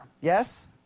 Yes